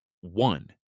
one